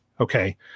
Okay